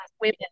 women